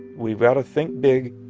we've got to think big,